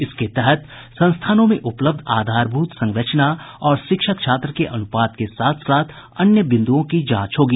इसके तहत संस्थानों में उपलब्ध आधारभूत संरचना और शिक्षक छात्र के अनुपात के साथ साथ अन्य बिन्दुओं की जांच होगी